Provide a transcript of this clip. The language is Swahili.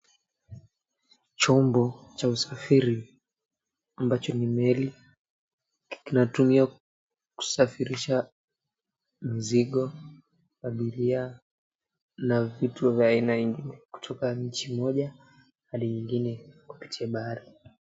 Chombo cha usafiri ambacho ni meli, kinatumiwa kusafirisha mizigo, abiria na vitu vya aina nyingi kutoka nchi moja hadi nyengine kupitia bahari.